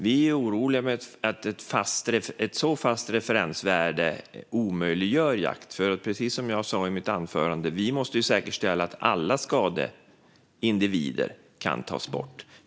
Vi är oroliga för att ett så fast referensvärde omöjliggör jakt. Precis som jag sa i mitt anförande måste vi säkerställa att alla skadeindivider kan tas bort.